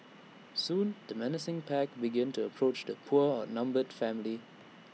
soon the menacing pack began to approach the poor outnumbered family